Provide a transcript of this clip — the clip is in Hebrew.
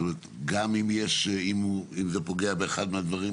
גם אם זה פוגע באחד מהדברים